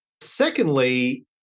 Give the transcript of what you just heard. Secondly